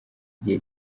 igihe